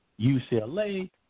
UCLA